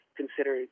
consider